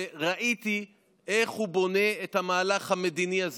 וראיתי איך הוא בונה את המהלך המדיני הזה.